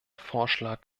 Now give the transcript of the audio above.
vorschlag